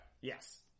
Yes